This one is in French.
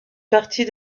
partie